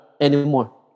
anymore